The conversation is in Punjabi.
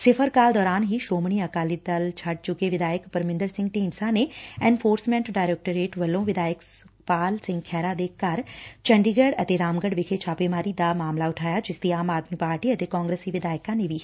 ਸਿਫ਼ਰ ਕਾਲ ਦੌਰਾਨ ਹੀ ਸ੍ਰੋਮਣੀ ਅਕਾਲੀ ਦਲ ਛੱਡ ਚੁੱਕੇ ਵਿਧਾਇਕ ਪਰਮਿੰਦਰ ਸਿੰਘ ਢੀਡਸਾ ਨੇ ਐਨਫੋਰਸਮੈ'ਟ ਡਾਇਰੈਕਟੋਰੇਟ ਵੱਲੋ' ਵਿਧਾਇਕ ਸੁਖਪਾਲ ਸਿੰਘ ਖਹਿਰਾ ਦੇ ਘਰ ਚੰਡੀਗੜ ਅਤੇ ਰਾਮਗੜ ਵਿਖੇ ਛਾਪੇਮਾਰੀ ਦਾ ਮਾਮਲਾ ਉਠਾਇਆ ਜਿਸ ਦੀ ਆਮ ਆਦਮੀ ਪਾਰਟੀ ਅਤੇ ਕਾਂਗਰਸੀ ਵਿਧਾਇਕਾਂ ਨੇ ਵੀ ਹਿਮਾਇਤ ਕੀਤੀ